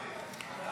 להעביר